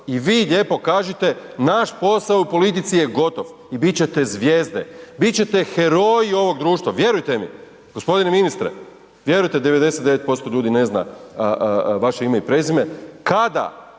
i vi lijepo kažite naš posao u politici je gotov i bit ćete zvijezde, bit ćete heroji ovog društva, vjerujte mi, g. ministre vjerujte 99% ljudi ne zna vaše ime i prezime, kada